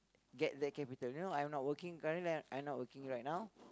get the capital you know I'm not working currently I'm I not working right now